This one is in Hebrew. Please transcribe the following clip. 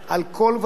על כל גווניה.